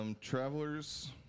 Travelers